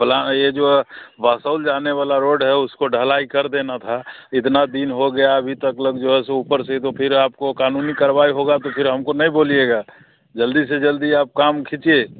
plan ये जो वासौल जाने वाली रोड है उसकी ढलाई कर देना था इतने दिन हो गए अभी तलक जो है सो ऊपर से तो फिर आपको क़ानूनी कार्रवाई होगा तो फिर हमको नहीं बोलिएगा जल्दी से जल्दी आप काम खीचीए